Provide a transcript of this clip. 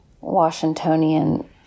Washingtonian